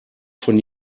von